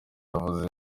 yavuze